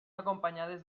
acompanyades